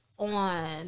On